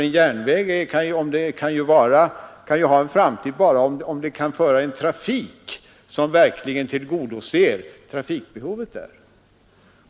En järnvägslinje har ju en framtid bara om den tillgodoser trafikbehovet.